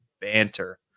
banter